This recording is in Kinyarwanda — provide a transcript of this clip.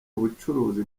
ubucuruzi